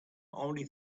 only